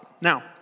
Now